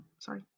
sorry